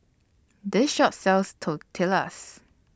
This Shop sells Tortillas